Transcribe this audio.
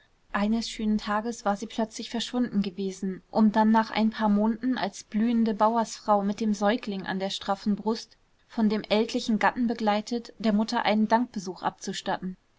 eines schönen tages war sie plötzlich verschwunden gewesen um dann nach ein paar monden als blühende bauersfrau mit dem säugling an der straffen brust von dem ältlichen gatten begleitet der mutter einen dankbesuch abzustatten